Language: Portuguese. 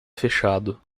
fechado